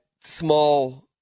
small